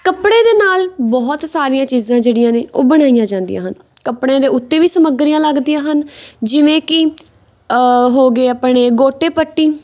ਕੱਪੜੇ ਦੇ ਨਾਲ ਬਹੁਤ ਸਾਰੀਆਂ ਚੀਜ਼ਾਂ ਜਿਹੜੀਆਂ ਨੇ ਉਹ ਬਣਾਈਆਂ ਜਾਂਦੀਆਂ ਹਨ ਕੱਪੜਿਆਂ ਦੇ ਉੱਤੇ ਵੀ ਸਮੱਗਰੀਆਂ ਲੱਗਦੀਆਂ ਹਨ ਜਿਵੇਂ ਕਿ ਹੋ ਗਏ ਆਪਣੇ ਗੋਟੇ ਪੱਤੀ